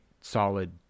solid